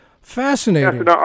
Fascinating